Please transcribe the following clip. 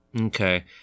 Okay